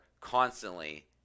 constantly